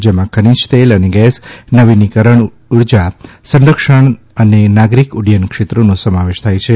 જેમાં ખનીજતેલ અને ગેસ નવીનીકરણ ઉર્જા સંરક્ષણ અ નાગરિક ઉડ્ડયન ક્ષેત્રોનો સમાવેશ થાય છે